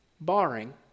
Barring